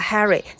Harry